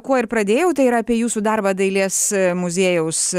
kuo ir pradėjau tai yra apie jūsų darbą dailės muziejaus